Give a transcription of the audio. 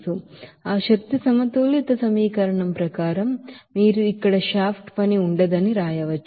కాబట్టి ఆ energy balance equation ప్రకారంగా మీరు ఇక్కడ షాఫ్ట్ పని ఉండదని రాయవచ్చు